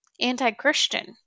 anti-christian